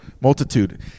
multitude